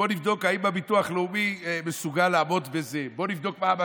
בואו נבדוק אם הביטוח הלאומי מסוגל לעמוד בזה,